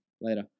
later